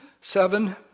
Seven